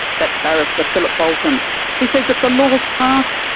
that's barrister philip boulten, who says if the laws pass,